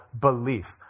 belief